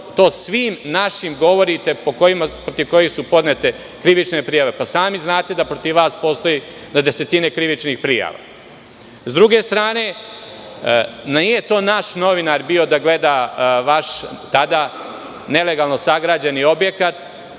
svim našim govorite, protiv kojih su podnete krivične prijave. Pa sami znate da protiv vas postoji na desetine krivičnih prijava.S druge strane, nije to naš novinar bio da gleda vaš, tada nelegalno sagrađen objekat